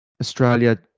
Australia